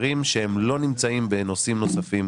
מספרים שכמעט בכלל הם לא נמצאים בנושאים נוספים.